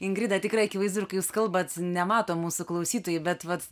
ingrida tikrai akivaizdu ir ką jūs kalbat nemato mūsų klausytojai bet vat